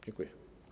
Dziękuję.